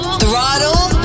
throttle